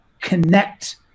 connect